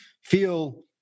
feel